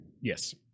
Yes